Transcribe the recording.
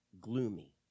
gloomy